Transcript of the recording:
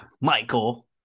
Michael